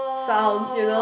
sound you know